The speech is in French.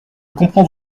comprends